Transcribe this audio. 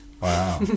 Wow